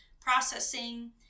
processing